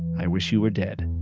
i wish you were dead